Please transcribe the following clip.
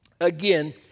again